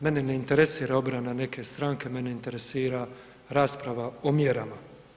Mene ne interesira obrana neke stranke mene interesira rasprava o mjerama.